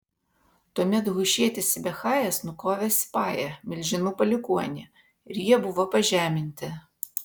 tuomet hušietis sibechajas nukovė sipają milžinų palikuonį ir jie buvo pažeminti